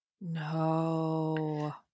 No